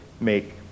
make